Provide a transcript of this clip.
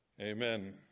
Amen